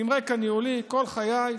עם רקע ניהולי כל חיי.